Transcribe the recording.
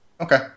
okay